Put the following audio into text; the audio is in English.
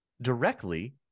directly